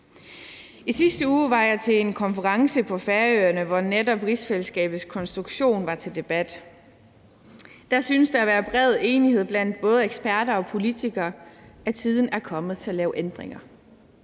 I sidste uge var jeg til en konference på Færøerne, hvor netop rigsfællesskabets konstruktion var til debat. Der synes der at være bred enighed blandt både eksperter og politikere om, at tiden er kommet til at lave ændringer